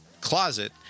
closet